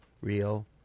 real